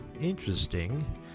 interesting